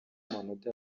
amanota